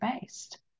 based